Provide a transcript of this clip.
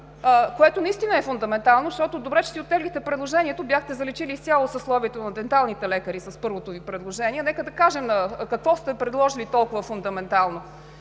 което наистина е фундаментално? Добре, че си оттеглихте предложението, бяхте заличили изцяло съсловието на денталните лекари с първото си предложение. Нека да кажем какво сте предложили толкова фундаментално.